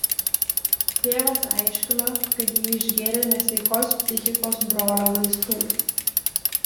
tėvas aiškino kad ji išgėrė nesveikos psichikos brolio vaistų